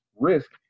risk